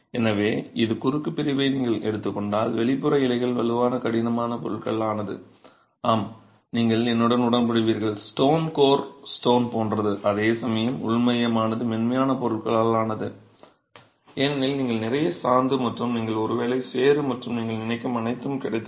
எனவே இந்த குறுக்கு பிரிவை நீங்கள் எடுத்துக் கொண்டால் வெளிப்புற இலைகள் வலுவான கடினமான பொருட்களால் ஆனது ஆம் நீங்கள் என்னுடன் உடன்படுவீர்கள் ஸ்டோன் கோர் ஸ்டோன் போன்றது அதேசமயம் உள் மையமானது மென்மையான பொருட்களால் ஆனது ஏனெனில் நீங்கள் நிறைய சாந்து மற்றும் நீங்கள் ஒருவேளை சேறு மற்றும் நீங்கள் நினைக்கும் அனைத்தும் கிடைத்தது